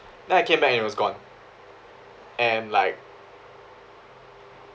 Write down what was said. then I came back and it was gone and I'm like